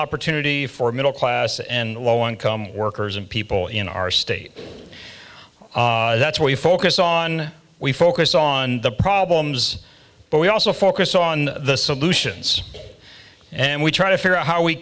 opportunity for middle class and low income workers and people in our state that's what we focus on we focus on the problems but we also focus on the solutions and we try to figure out how we